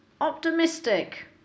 Optimistic